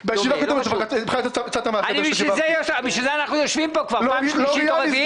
בשביל זה אנחנו יושבים פה כבר פעם שלישית או רביעית.